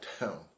down